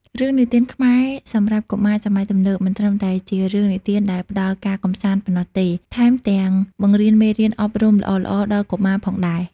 រឿងនិទានខ្មែរសម្រាប់កុមារសម័យទំនើប មិនត្រឹមតែជារឿងនិទានដែលផ្ដល់ការកម្សាន្តប៉ុណ្ណោះទេ ថែមទាំងបង្រៀនមេរៀនអប់រំល្អៗដល់កុមារផងដែរ។